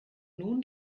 nun